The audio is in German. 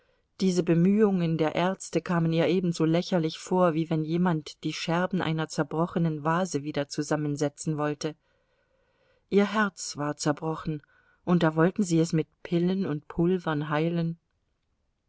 diese bemühungen der ärzte kamen ihr ebenso lächerlich vor wie wenn jemand die scherben einer zerbrochenen vase wieder zusammensetzen wollte ihr herz war zerbrochen und da wollten sie es mit pillen und pulvern heilen